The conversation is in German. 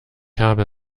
habe